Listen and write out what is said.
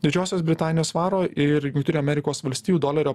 didžiosios britanijos svaro ir jungtinių amerikos valstijų dolerio